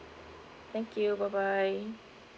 thank you bye bye